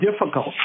difficult